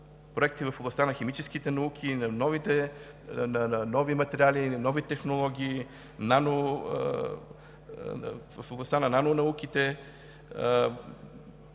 проекти в областта на химическите науки, нови материали, нови технологии, в областта на нанонауките,